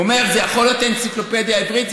הוא אומר שזה יכול להיות האנציקלופדיה עברית,